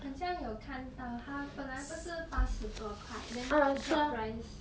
很像有看到它本来不是八十多快 then drop price